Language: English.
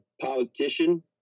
politician